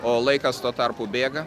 o laikas tuo tarpu bėga